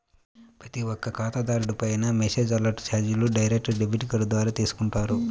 ప్రతి ఒక్క ఖాతాదారుడిపైనా మెసేజ్ అలర్ట్ చార్జీలు డైరెక్ట్ డెబిట్ ద్వారా తీసుకుంటారు